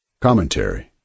Commentary